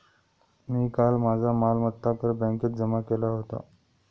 मी काल माझा मालमत्ता कर बँकेत जमा केला होता